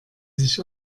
sich